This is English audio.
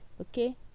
okay